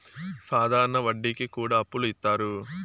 సాధారణ వడ్డీ కి కూడా అప్పులు ఇత్తారు